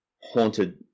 haunted